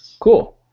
Cool